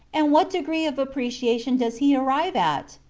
and what degree of appreciation does he arrive at?